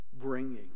bringing